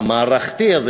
המערכתי הזה,